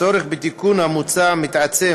הצורך בתיקון המוצע מתעצם